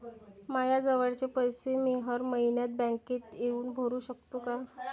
मायाजवळचे पैसे मी हर मइन्यात बँकेत येऊन भरू सकतो का?